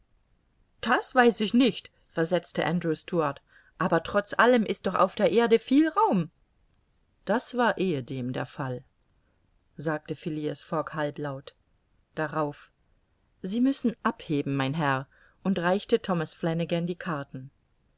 das weiß ich nicht versetzte andrew stuart aber trotz allem ist doch auf der erde viel raum das war ehedem der fall sagte phileas fogg halblaut darauf sie müssen abheben mein herr und reichte thomas flanagan die karten